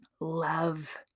love